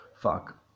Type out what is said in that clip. Fuck